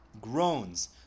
groans